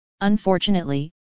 unfortunately